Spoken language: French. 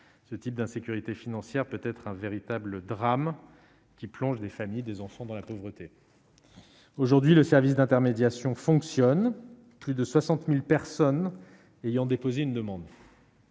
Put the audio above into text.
ce type d'insécurité financière peut-être un véritable drame qui plonge des familles des enfants dans la pauvreté, aujourd'hui, le service d'intermédiation fonctionne, plus de 60000 personnes ayant déposé une demande.